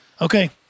Okay